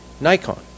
Nikon